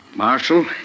Marshal